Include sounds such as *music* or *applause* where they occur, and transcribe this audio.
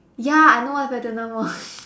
ya I know what is Platinum Mall *laughs*